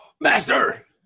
Master